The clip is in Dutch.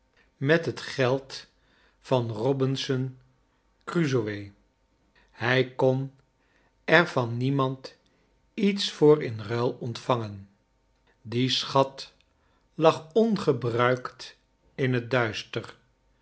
met het geld van robinson crusoe hij kon er van niemand iets voor in ruil ontvangen die schat lag ongebruikt in het duister